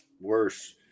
worse